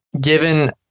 given